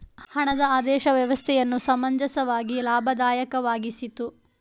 ಹಣದ ಆದೇಶ ವ್ಯವಸ್ಥೆಯನ್ನು ಸಮಂಜಸವಾಗಿ ಲಾಭದಾಯಕವಾಗಿಸಿತು